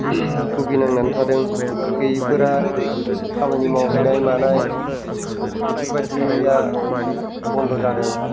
बुगिनांनानै थादों गैयैफोरा खामानि मावहैनाय मानाय बेफोरबादिया बन्द' जादों